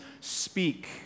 speak